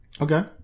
Okay